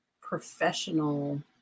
professional